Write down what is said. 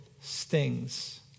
stings